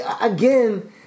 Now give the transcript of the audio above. again